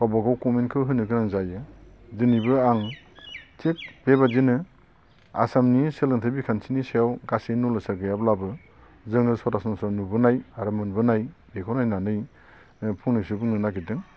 गावबा गाव कमेन्टखो होनो गोनां जायो दिनैबो आं थिग बेबादिनो आसामनि सोलोंथाय बिखान्थिनि सायाव गासै नलेजआ गैयाब्लाबो जोङो सरासनस्रा नुबोनाय आरो मोनबोनाय बेखौ नायनानै फंनैसो बुंनो नागिरदों